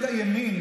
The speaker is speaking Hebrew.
ימין,